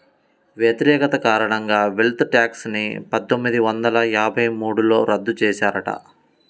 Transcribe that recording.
వ్యతిరేకత కారణంగా wealth tax ని పందొమ్మిది వందల యాభై మూడులో రద్దు చేశారట